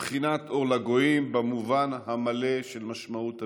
בבחינת אור לגויים במובן המלא של משמעות הביטוי: